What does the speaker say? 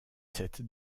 cette